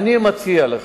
אני אבקר מחר.